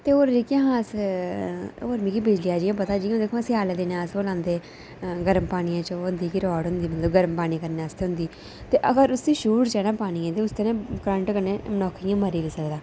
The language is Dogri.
ते होर जेह्कियां अस होर मिकी बिजलियां जि'यां पता जि'यां दिक्खो स्यालै दिनें अस बनांदे गर्म पानी च ओह् होंदी ही राड मतलब गर्म पानी करने आस्तै होंदी ते अगर उसी छूई ओड़चै ना पानियै गी करंट कन्नै अ'ऊं आखनी आं मरी बी सकदा